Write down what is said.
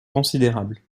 considérables